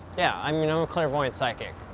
yeah, i'm you know a clairvoyant psychic.